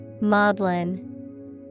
Maudlin